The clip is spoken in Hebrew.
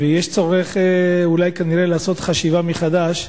ויש צורך אולי, כנראה, לעשות חשיבה מחדש,